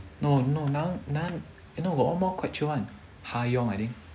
no no naeun naeun no got one more quite chio one hayoung I think